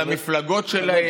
על המפלגות שלהם,